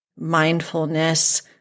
mindfulness